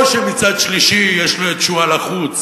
או שמצד שלישי יש לו שועל החוץ,